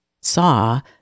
saw